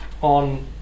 on